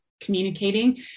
communicating